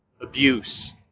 abuse